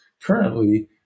currently